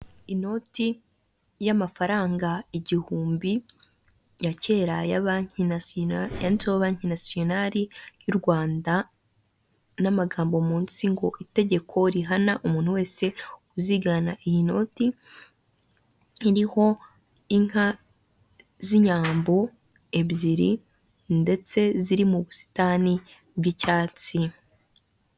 Inoti y'amafaranga igihumbi ya kera ya banki nasiyonari (national ) yanditseho banki nasiyonari y'u Rwanda; n'amagambo munsi ngo ''itegeko rihana umuntu wese uzigana iyi noti'', iriho inka z'inyambo ebyiri ndetse ziri mu busitani bw'icyatsi.